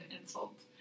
insult